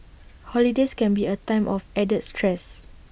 holidays can be A time of added stress